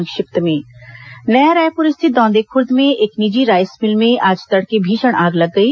संक्षिप्त समाचार नया रायपुर स्थित दोंदेखूर्द में एक निजी राईस मिल में आज तड़के भीषण आग लग गई